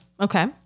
Okay